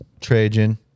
Trajan